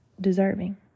deserving